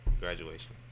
graduation